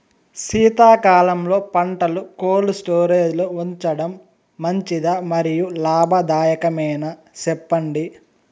శీతాకాలంలో పంటలు cold storage లో ఉంచడం మంచిదా? మరియు లాభదాయకమేనా, సెప్పండి